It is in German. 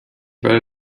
werde